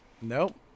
Nope